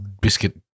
biscuit-